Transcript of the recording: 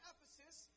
Ephesus